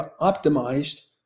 optimized